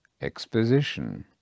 exposition